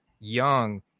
young